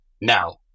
now